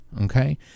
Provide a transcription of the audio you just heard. okay